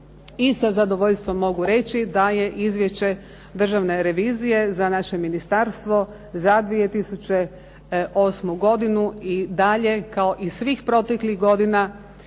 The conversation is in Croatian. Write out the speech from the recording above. i sa zadovoljstvom mogu reći da je izvješće Državne revizije za naše ministarstvo za 2008. godinu i dalje kao i svih proteklih godina bezuvjetno